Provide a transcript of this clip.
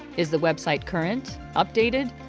is the website current, updated?